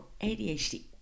ADHD